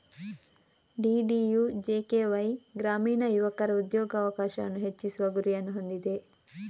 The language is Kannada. ಡಿ.ಡಿ.ಯು.ಜೆ.ಕೆ.ವೈ ಗ್ರಾಮೀಣ ಯುವಕರ ಉದ್ಯೋಗಾವಕಾಶವನ್ನು ಹೆಚ್ಚಿಸುವ ಗುರಿಯನ್ನು ಹೊಂದಿದೆ